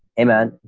amen.